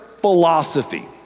philosophy